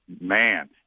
man